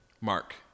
Mark